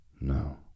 No